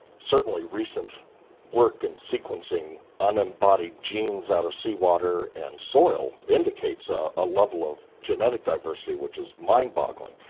certainly recent work in sequencing unembodied genes out of seawater and soil indicates ah a level of genetic diversity which is mind-boggling,